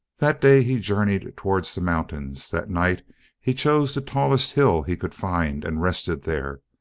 that day he journeyed towards the mountains that night he chose the tallest hill he could find and rested there,